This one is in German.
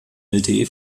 lte